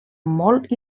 molt